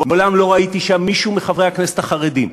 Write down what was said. מעולם לא ראיתי שם מישהו מחברי הכנסת החרדים.